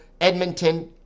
Edmonton